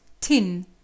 Tin